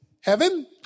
heaven